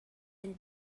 and